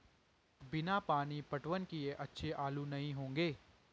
बिना पानी पटवन किए अच्छे आलू नही होंगे